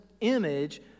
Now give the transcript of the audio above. image